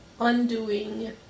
undoing